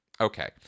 Okay